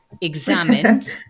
examined